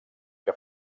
que